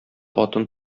атын